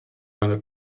lange